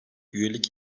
üyelik